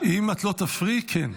אם את לא תפריעי, כן.